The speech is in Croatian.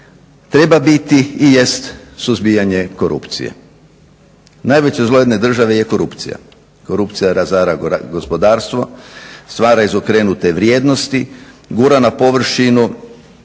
treba biti i jest suzbijanje korupcije. Najveće zlo jedne države je korupcija. Korupcija razara gospodarstvo, stvara izokrenute vrijednosti, gura na površinu